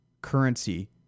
currency